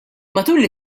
matul